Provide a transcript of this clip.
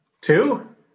Two